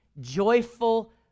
joyful